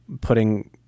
putting